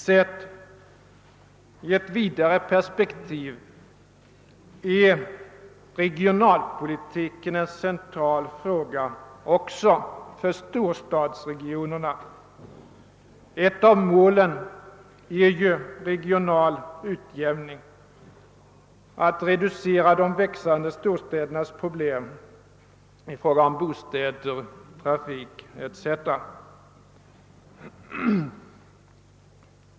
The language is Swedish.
Sett i ett vidare perspektiv är regionalpolitiken en central fråga också för storstadsregionerna. Ett av målen är ju regional utjämning, en reducering av de växande storstädernas problem när det gäller bostäder, trafik etc.